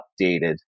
updated